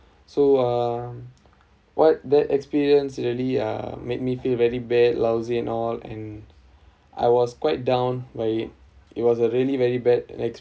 so uh what that experience really uh made me feel very bad lousy and all and I was quite down by it it was a really very bad